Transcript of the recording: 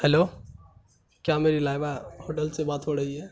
hello کیا میری Laiba hotel سے بات ہو رہی ہے